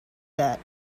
that